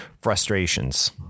frustrations